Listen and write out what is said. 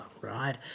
right